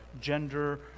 gender